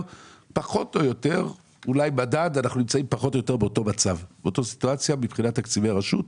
אנחנו נמצאים פחות או יותר באותו מצב מבחינת תקציבי הרשות.